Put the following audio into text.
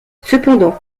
cependant